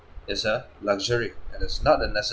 is a luxury and it's not a necessity